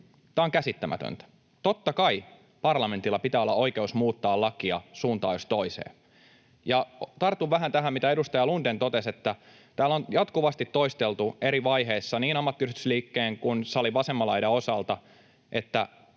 Tämä on käsittämätöntä. Totta kai parlamentilla pitää olla oikeus muuttaa lakia suuntaan jos toiseen. Tartun vähän tähän, mitä edustaja Lundén totesi, että täällä on jatkuvasti toisteltu eri vaiheissa niin ammattiyhdistysliikkeen kuin salin vasemman laidan osalta,